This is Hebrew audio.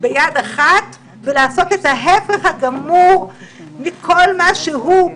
ביד אחת ולעשות את ההפך הגמור מכל מה שהוא.